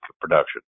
production